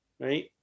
right